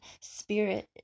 spirit